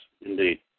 indeed